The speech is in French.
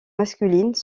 masculines